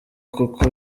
koko